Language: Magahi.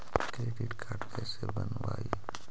क्रेडिट कार्ड कैसे बनवाई?